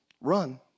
run